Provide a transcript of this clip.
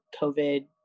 covid